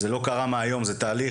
זה לא קרה מהיום, זה תהליך.